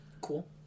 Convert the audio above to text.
Cool